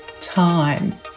time